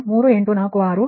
3846 V1 ಜೊತೆಗೆ 0